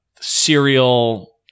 serial